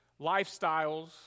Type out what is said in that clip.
lifestyles